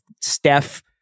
Steph